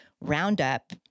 Roundup